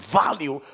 value